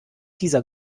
dieser